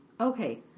Okay